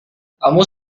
kamu